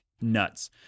nuts